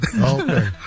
Okay